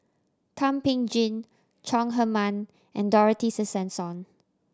Thum Ping Tjin Chong Heman and Dorothy Tessensohn